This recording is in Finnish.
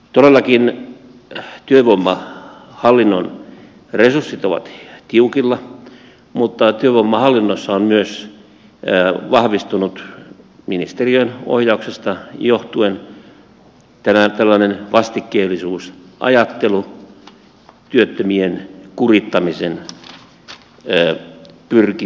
todellakin työvoimahallinnon resurssit ovat tiukilla mutta työvoimahallinnossa on myös vahvistunut ministeriön ohjauksesta johtuen tämä tällainen vastikkeellisuusajattelu pyrkimys ja tahto työttömien kurittamiseen